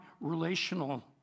relational